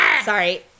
sorry